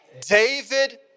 David